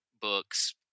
books